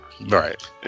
right